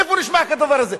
איפה נשמע כדבר הזה?